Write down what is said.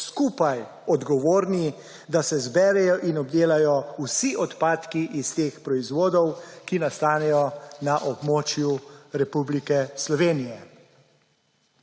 skupaj odgovorni, da se zberejo in obdelajo vsi odpadki iz teh proizvodov, ki nastanejo na območju Republike Slovenije.